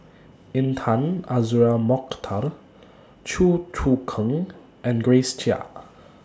Intan Azura Mokhtar Chew Choo Keng and Grace Chia